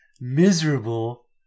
miserable